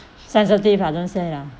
sensitive lah don't say lah